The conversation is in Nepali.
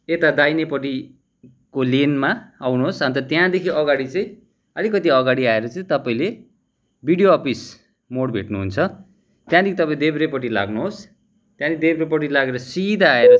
यता दाहिनेपट्टिको लेनमा आउनुहोस् अन्त त्यहाँदेखि अगाडि चाहिँ अलिकति अगाडि आएर चाहिँ तपाईँले बिडिओ अफिस मोड भेट्नु हुन्छ त्यहाँदेखि तपाईँ देब्रेपट्टि लाग्नुहोस् त्यहाँदेखि देब्रेपट्टि लागेर सिधा आएर चाहिँ